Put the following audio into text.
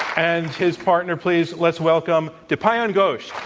and his partner, please let's welcome dipayan ghosh.